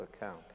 account